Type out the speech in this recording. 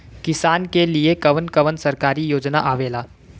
किसान के लिए कवन कवन सरकारी योजना आवेला?